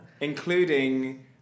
Including